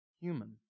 human